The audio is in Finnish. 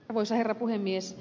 arvoisa herra puhemies